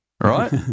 right